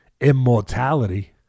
immortality